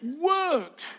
Work